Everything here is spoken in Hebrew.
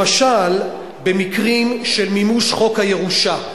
למשל במקרים של מימוש חוק הירושה.